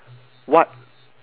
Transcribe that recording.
what